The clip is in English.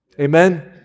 Amen